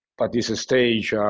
but this stage,